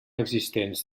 existents